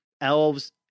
elves